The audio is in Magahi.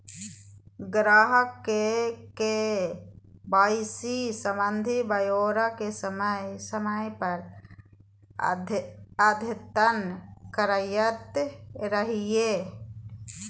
ग्राहक के के.वाई.सी संबंधी ब्योरा के समय समय पर अद्यतन करैयत रहइ